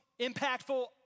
impactful